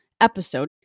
episode